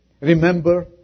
Remember